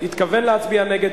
התכוון להצביע נגד,